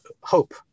hope